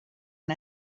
and